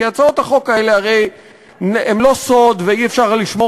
כי הצעות החוק האלה הן לא סוד ואי-אפשר לשמור